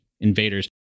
invaders